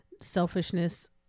selfishness